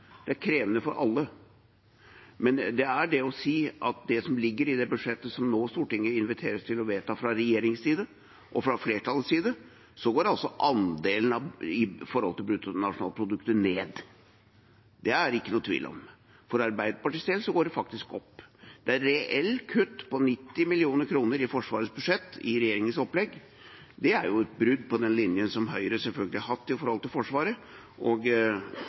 er en krevende debatt. Den er krevende for alle. Men det er det å si at i det som ligger i budsjettet som Stortinget nå inviteres til å vedta fra regjeringens og flertallets side, går altså andelen ned i forhold til brutto nasjonalprodukt. Det er det ingen tvil om. Fra Arbeiderpartiets side går den faktisk opp. Det er et reelt kutt på 90 mill. kr i Forsvarets budsjett i regjeringens opplegg. Det er et brudd på den linjen som Høyre har hatt overfor Forsvaret, og